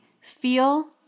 feel